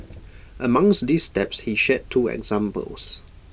amongst these steps he shared two examples